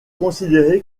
considéré